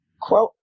quote